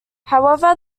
however